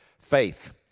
faith